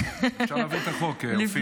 אפשר להעביר את החוק, אופיר.